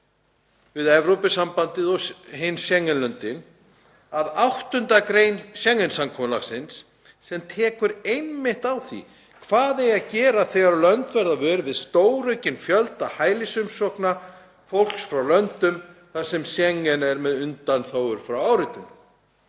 við Evrópusambandið og hin Schengen-löndin að 8. gr. Schengen-samkomulagsins, sem tekur einmitt á því hvað eigi að gera þegar lönd verða vör við stóraukinn fjölda hælisumsókna fólks frá löndum þar sem Schengen er með undanþágur frá áritun.